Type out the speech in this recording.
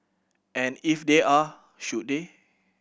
and if they are should they